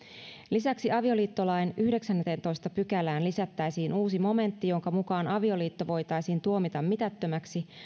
lisäksi avioliittolain yhdeksänteentoista pykälään lisättäisiin uusi momentti jonka mukaan avioliitto voitaisiin tuomita mitättömäksi